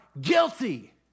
guilty